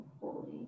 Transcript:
fully